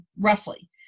roughly